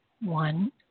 One